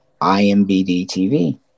IMBD-TV